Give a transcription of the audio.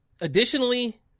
Additionally